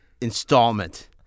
installment